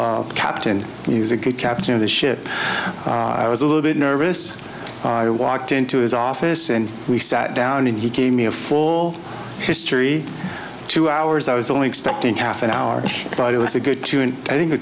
for captain news a good captain of the ship i was a little bit nervous i walked into his office and we sat down and he came in a full history two hours i was only expecting half an hour but it was a good two and i think